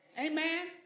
Amen